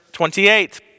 Twenty-eight